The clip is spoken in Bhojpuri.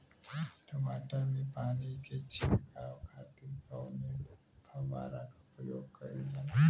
टमाटर में पानी के छिड़काव खातिर कवने फव्वारा का प्रयोग कईल जाला?